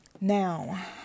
Now